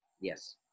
Yes